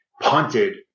punted